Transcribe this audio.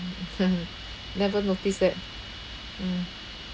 never notice that mm